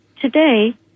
Today